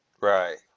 Right